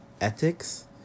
Ethics